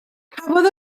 cafodd